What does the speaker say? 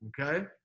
okay